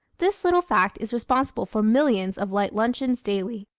this little fact is responsible for millions of light luncheons daily.